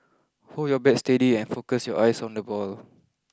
hold your bat steady and focus your eyes on the ball